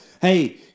hey